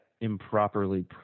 improperly